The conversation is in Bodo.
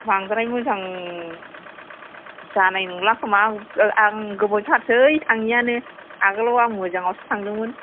बांद्राय मोजां जानाय नंला खोमा आं गोबाव थारसै थाङैआनो आगोलाव आं मोजाङावसो थांदोंमोन